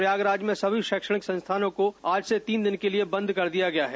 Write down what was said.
प्रयागराज में सभी शैक्षणिक संस्थानों को आज से तीन दिनों के लिए बंद कर दिया गया है